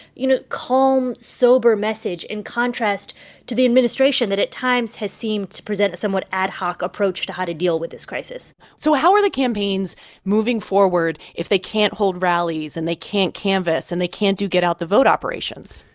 you know, calm, sober message in contrast to the administration that at times has seemed to present a somewhat ad hoc approach to how to deal with this crisis so how are the campaigns moving forward if they can't hold rallies and they can't canvass and they can't do get-out-the-vote operations?